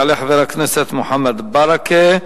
יעלה חבר הכנסת מוחמד ברכה,